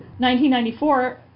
1994